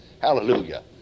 Hallelujah